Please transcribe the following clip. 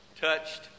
touched